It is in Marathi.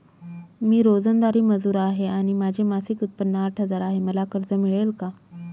मी रोजंदारी मजूर आहे आणि माझे मासिक उत्त्पन्न आठ हजार आहे, मला कर्ज मिळेल का?